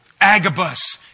Agabus